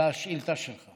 על השאילתה שלך,